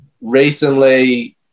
recently